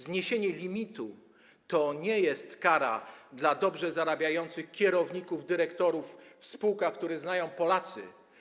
Zniesienie limitu to nie jest kara dla dobrze zarabiających kierowników, dyrektorów w spółkach, które znają Polacy.